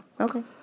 Okay